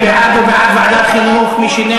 מה צריך לעורר שערורייה, שעתיים, על מה?